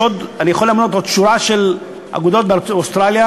אני יכול למנות עוד שורה של אגודות באוסטרליה,